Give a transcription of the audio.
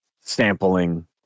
sampling